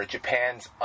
Japan's